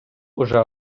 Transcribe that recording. уже